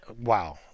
wow